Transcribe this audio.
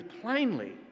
plainly